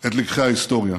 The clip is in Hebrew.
את לקחי ההיסטוריה,